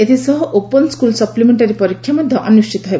ଏଥିସହ open school ସପୁମେକ୍କାରୀ ପରୀକ୍ଷା ମଧ୍ୟ ଅନୁଷ୍ଠିତ ହେବ